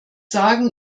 sagen